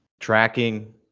tracking